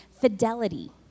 fidelity